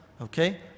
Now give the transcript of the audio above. Okay